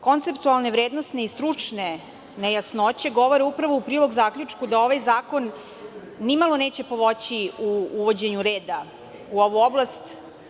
Konceptualni vrednosne i stručne nejasnoće govore upravo u prilog zaključku da ovaj zakon nimalo neće pomoći u uvođenju reda u ovu oblast.